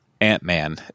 ant-man